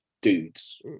dudes